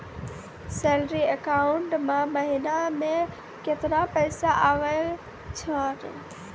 Salary account मे महिना मे केतना पैसा आवै छौन?